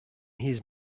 his